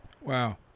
Wow